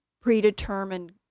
predetermined